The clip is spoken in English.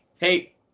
hey